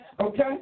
Okay